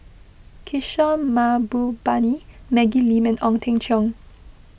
Kishore Mahbubani Maggie Lim and Ong Teng Cheong